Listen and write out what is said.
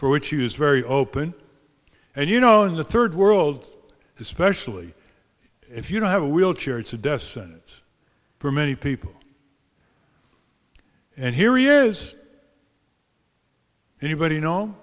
for which used very open and you know in the third world especially if you don't have a wheelchair it's a death sentence for many people and here is anybody